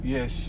Yes